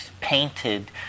painted